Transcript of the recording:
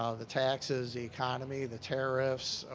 ah the taxes, the economy, the tariffs,